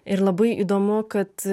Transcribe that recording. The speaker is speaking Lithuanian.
ir labai įdomu kad